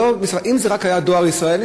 אם זה רק היה דואר ישראל,